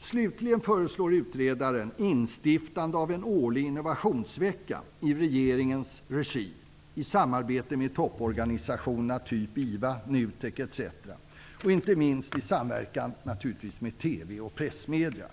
Slutligen föreslår utredaren instiftande av en årlig innovationsvecka i regeringens regi i samarbete med topporganisationer som t.ex. IVA, NUTEK och inte minst i samverkan med TV och pressmedier.